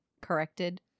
corrected